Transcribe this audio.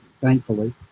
thankfully